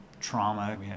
trauma